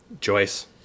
Joyce